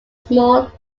small